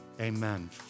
Amen